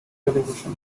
television